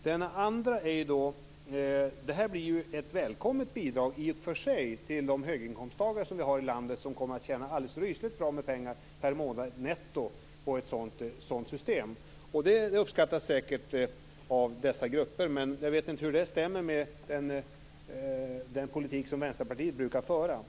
Det andra gäller att det här i och för sig blir ett välkommet bidrag till höginkomsttagarna i landet. De kommer att tjäna alldeles rysligt mycket pengar netto varje månad på ett sådant system. Det uppskattas säkert av dessa grupper, men jag vet inte hur det stämmer med den politik som Vänsterpartiet brukar föra.